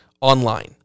online